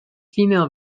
female